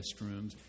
restrooms